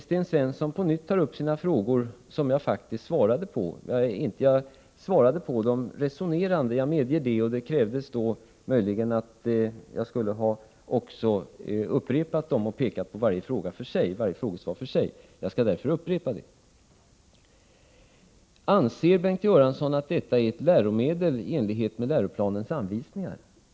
Sten Svensson tar på nytt upp sina frågor, som jag faktiskt svarade på. Jag svarade på dem resonerande — jag medger det — och jag skulle möjligen också ha upprepat dem och pekat på varje svar för sig. Jag skall därför upprepa svaren. Anser Bengt Göransson att detta är ett läromedel i enlighet med läroplanens anvisningar?